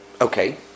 okay